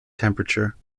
temperature